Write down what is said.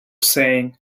saying